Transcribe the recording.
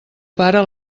pare